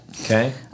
Okay